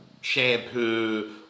shampoo